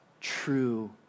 true